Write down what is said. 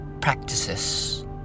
practices